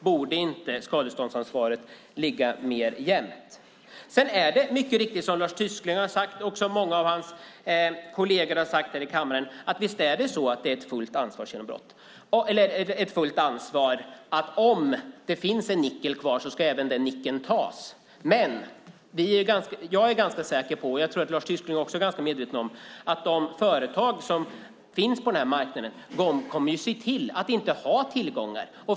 Borde inte skadeståndsansvaret vara mer jämnt? Som Lars Tysklind och många av hans kolleger mycket riktigt har sagt här i kammaren är det ett fullt ansvar, så att om det finns ett nickel kvar ska även det tas. Men jag är ganska säker på, och jag tror att Lars Tysklind också är ganska medveten om det, att de företag som finns på den här marknaden kommer att se till att inte ha några tillgångar.